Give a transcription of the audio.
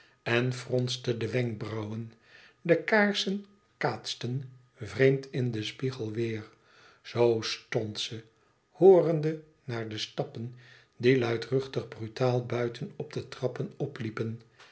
en fronste de wenkbrauwen de kaarsen kaatsten vreemd in den spiegel weêr zoo stoud ze hoorende naar de stappen die luidruchtig brutaal buiten op de trappen opliepen